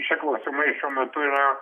šie klausimai šiuo metu yra